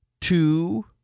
two